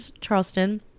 Charleston